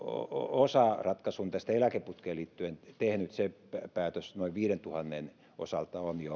osaratkaisun eläkeputkeen liittyen tehnyt se päätös noin viidentuhannen osalta on